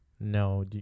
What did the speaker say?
No